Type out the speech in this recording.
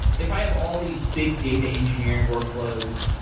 if i have all these big data engineering workloads,